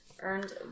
earned